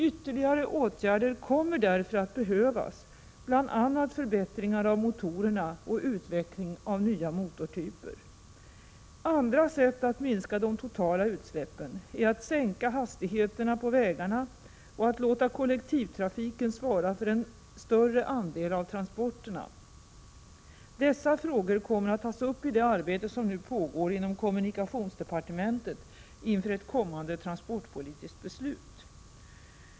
Ytterligare åtgärder kommer därför att behövas, bl.a. förbättringar av motorerna och utveckling av nya motortyper. Andra sätt att minska de totala utsläppen är att sänka hastigheterna på vägarna och att låta kollektivtrafiken svara för en större andel av transporterna. Dessa frågor kommer att tas upp i det arbete som nu pågår inom kommunikationsdepartementet inför ett kommande transportpolitiskt beslut.